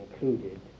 included